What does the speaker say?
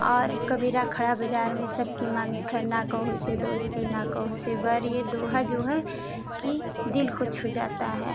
और कबीरा खड़ा बाज़ार में सबकी मांगे खैर न कोहू से दोस्ती न कोहू से बैर ये दोहा जो है कि दिल को छू जाता है